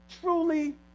truly